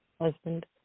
husband